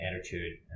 attitude